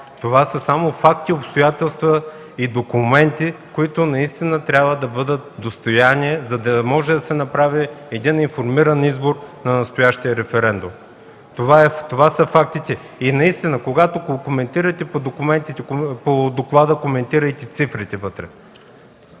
това са само факти, обстоятелства и документи, които наистина трябва да бъдат достояние, за да може да се направи един информиран избор при настоящия референдум. Това са фактите. Наистина, когато коментирате доклада, коментирайте цифрите в